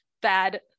bad